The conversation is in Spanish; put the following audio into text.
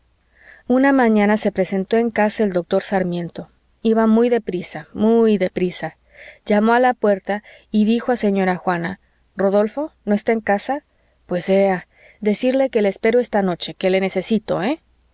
una mañana se presentó en casa el doctor sarmiento iba muy de prisa muy de prisa llamó a la puerta y dijo a señora juana rodolfo no está en casa pues ea decirle que le espero esta noche que le necesito eh